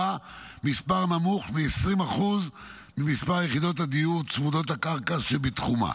מספר נמוך מ-20% ממספר יחידות הדיור צמודות הקרקע שבתחומה.